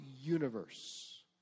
universe